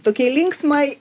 tokiai linksmai